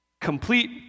Complete